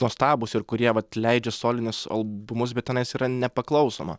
nuostabūs ir kurie vat leidžia solinius albumus bet tenais yra nepaklausoma